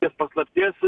ties paslapties